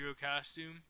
costume